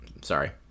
sorry